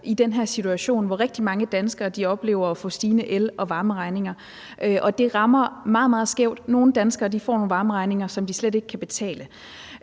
i den her situation, hvor rigtig mange danskere oplever at få stigende el- og varmeregninger. Og det rammer meget, meget skævt. Nogle danskere får nogle varmeregninger, som de slet ikke kan betale.